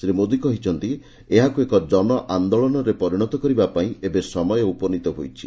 ଶ୍ରୀ ମୋଦୀ କହିଛନ୍ତି ଏହାକୁ ଏକ ଜନଆନ୍ଦୋଳନରେ ପରିଣତ କରିବା ପାଇଁ ଏବେ ସମୟ ଉପନିତ ହୋଇଛି